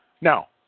Now